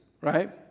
right